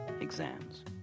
exams